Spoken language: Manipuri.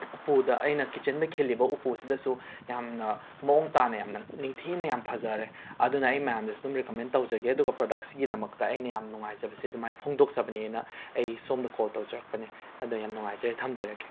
ꯎꯄꯨꯗ ꯑꯩꯅ ꯀꯤꯆꯟꯗ ꯈꯤꯜꯂꯤꯕ ꯎꯄꯨꯁꯤꯗꯁꯨ ꯌꯥꯝꯅ ꯃꯑꯣꯡ ꯇꯥꯅ ꯌꯥꯝꯅ ꯅꯤꯡꯊꯤꯅ ꯌꯥꯝꯅ ꯐꯖꯔꯦ ꯑꯩꯗꯨꯅ ꯑꯩ ꯃꯌꯥꯝꯗꯁꯨ ꯑꯗꯨꯝ ꯔꯤꯀꯃꯦꯟ ꯇꯧꯖꯒꯦ ꯑꯗꯨꯒ ꯄ꯭ꯔꯗꯛꯁꯤꯒꯤꯗꯃꯛꯇ ꯑꯩꯅ ꯌꯥꯝꯅ ꯅꯨꯡꯉꯥꯏꯖꯕꯁꯦ ꯑꯗꯨꯃꯥꯏꯅ ꯐꯣꯡꯗꯣꯛꯆꯕꯅꯦꯅ ꯑꯩ ꯁꯣꯝꯗ ꯀꯣꯜ ꯇꯧꯖꯔꯛꯄꯅꯦ ꯑꯗꯨꯅ ꯌꯥꯝꯅ ꯅꯨꯡꯉꯥꯏꯖꯩ ꯊꯝꯖꯔꯒꯦ